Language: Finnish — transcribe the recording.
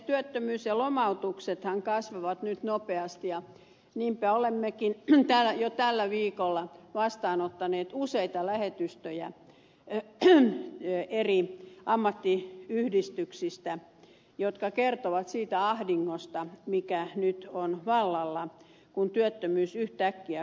työttömyys ja lomautuksethan kasvavat nyt nopeasti ja niinpä olemmekin jo tällä viikolla vastaanottaneet useita lähetystöjä eri ammattiyhdistyksistä jotka kertovat siitä ahdingosta mikä nyt on vallalla kun työttömyys yhtäkkiä kasvaa